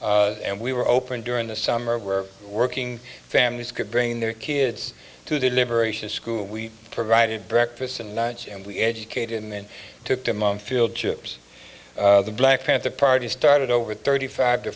and we were open during the summer we're working families could bring their kids to deliberation school we provided breakfast and lunch and we educated and then took the month field chips the black panther party started over thirty five to